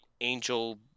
angel